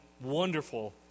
wonderful